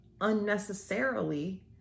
unnecessarily